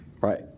Right